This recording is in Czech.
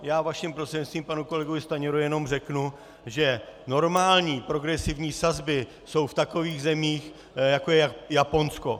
Já vaším prostřednictvím panu kolegovi Stanjurovi jenom řeknu, že normální progresivní sazby jsou v takových zemích, jako je Japonsko.